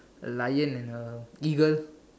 a lion and a eagle